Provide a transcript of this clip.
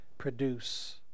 produce